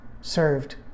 served